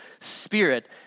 spirit